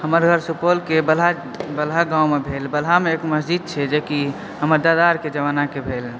हमर घर सुपौल के बलहा गाँव मे भेल बलहा मे एगो मस्जिद छै जे की हमर दादा आर के जमाना के भेल